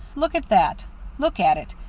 look at that look at it,